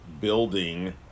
building